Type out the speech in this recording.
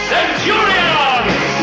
Centurions